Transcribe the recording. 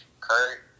kurt